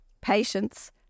patience